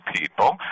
people